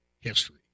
history